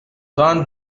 trente